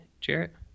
Jarrett